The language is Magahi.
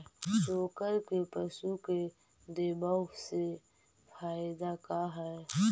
चोकर के पशु के देबौ से फायदा का है?